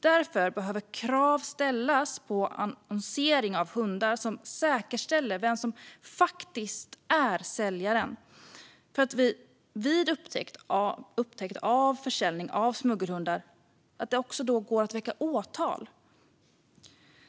Därför behöver krav ställas vid annonsering av hundar så att det kan säkerställas vem som faktiskt är säljaren, så att det vid upptäckt av försäljning av smuggelhundar går att väcka åtal.